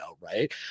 right